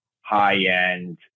high-end